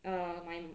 err my